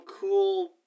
cool